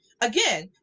again